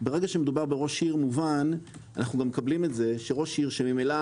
ברגע שמדובר בראש עיר מובן - ואנו מקבלים את זה שראש עיר שממילא